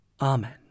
Amen